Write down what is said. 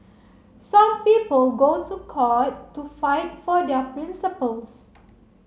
some people go to court to fight for their principles